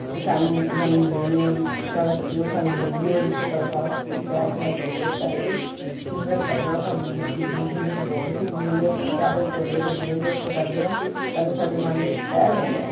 ਅਤੇ ਸਾਨੂੰ ਸਾਨੂੰ ਨੀਂਦ ਨਹੀਂ ਆਉਂਦੀ ਸਾਡਾ ਜਦੋਂ ਸਾਨੂੰ ਨੀਂਦ ਨਹੀਂ ਆਉਂਦੀ ਤਾਂ ਫਿਰ ਸਾਡਾ ਸਾਰਾ ਸਿਸਟਮ ਤਹਿਸ ਨਹਿਸ ਹੋ ਜਾਂਦਾ ਇਸ ਕਰਕੇ ਸਿਮਰਨ ਕਰਨਾ ਸਾਡੀ ਜਿੰਦਗੀ ਵਿੱਚ ਬਹੁਤ ਹੀ ਜ਼ਰੂਰੀ ਹੈ ਅਤੇ ਅਸੀਂ ਸਾਰੇ ਦਿਨ ਤੁਰਦੇ ਫਿਰਦੇ ਬਹਿੰਦੇ ਉੱਠ ਕਰਦੇ ਹਾਂ ਸਾਨੂੰ ਸਾਡੇ ਮਨ ਵਿੱਚ ਸਹਿਜ ਆਉਂਦਾ